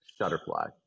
Shutterfly